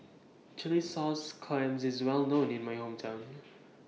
Chilli Sauce Clams IS Well known in My Hometown